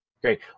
Great